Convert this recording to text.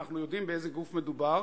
ואנחנו יודעים באיזה גוף מדובר,